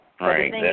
Right